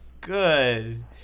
good